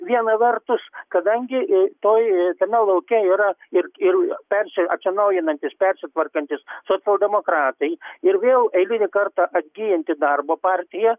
viena vertus kadangi i toj tame lauke yra ir ir tarsi atsinaujinantys persitvarkantys socialdemokratai ir vėl eilinį kartą atgyjanti darbo partija